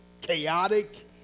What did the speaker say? chaotic